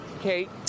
Kate